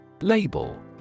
Label